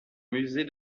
musée